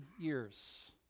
years